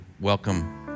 Welcome